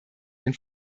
den